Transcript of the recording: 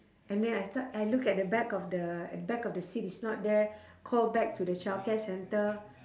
and then I start I look at the back of the at back of the seat it's not there call back to the childcare centre